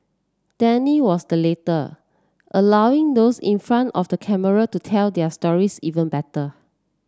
Danny was the latter allowing those in front of the camera to tell their stories even better